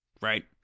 right